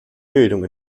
bildung